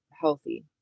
healthy